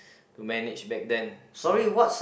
to manage back then so